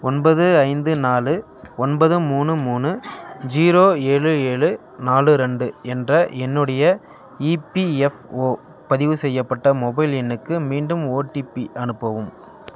ஒன்பது ஐந்து நாலு ஒன்பது மூணு மூணு ஜீரோ ஏழு ஏழு நாலு ரெண்டு என்ற என்னுடைய இபிஎஃப்ஓ பதிவு செய்யப்பட்ட மொபைல் எண்ணுக்கு மீண்டும் ஓடிபி அனுப்பவும்